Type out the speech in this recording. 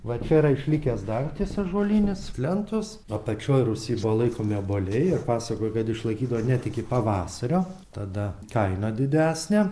va čia yra išlikęs dagtis ąžuolinis lentos apačioj rūsy buvo laikomi obuoliai ir pasakoja kad išlaikydavo net iki pavasario tada kaina didesnė